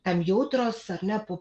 tam jautrios ar ne po